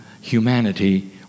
humanity